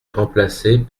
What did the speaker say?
remplacés